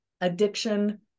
Addiction